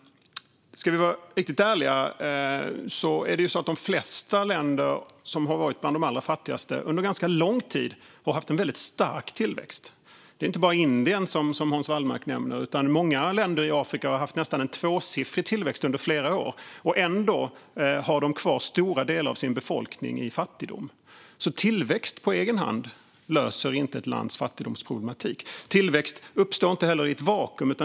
Ska vi vara riktigt ärliga har de flesta länder som varit bland de allra fattigaste under ganska lång tid haft en väldigt stark tillväxt. Det är inte bara Indien, som Hans Wallmark nämner. Många länder i Afrika har haft en nästan tvåsiffrig tillväxt under flera år. Ändå har de kvar stora delar av sin befolkning i fattigdom. Tillväxt löser inte på egen hand ett lands fattigdomsproblematik. Tillväxt uppstår inte heller i ett vakuum.